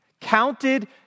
counted